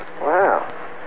Wow